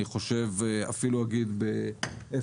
אני אפילו אגיד שלא